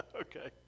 okay